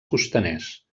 costaners